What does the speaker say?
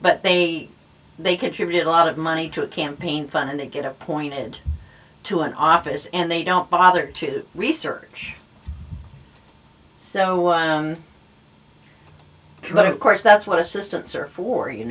but they they contribute a lot of money to a campaign fund and they get appointed to an office and they don't bother to research so but of course that's what assistance are for you